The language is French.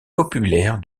populaire